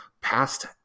past